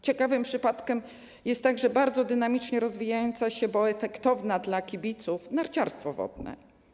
Ciekawym przypadkiem jest także bardzo dynamicznie rozwijająca się, bo efektowna dla kibiców, dyscyplina narciarstwo wodne.